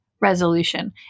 resolution